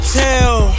tell